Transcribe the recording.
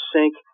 Sink